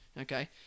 Okay